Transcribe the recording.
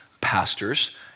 pastors